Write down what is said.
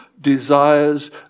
desires